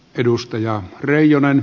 edustaja reijonen